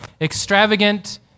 extravagant